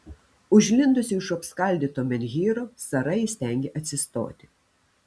užlindusi už apskaldyto menhyro sara įstengė atsistoti